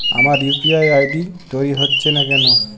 আমার UPI ID তৈরি হচ্ছে না কেনো?